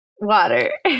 Water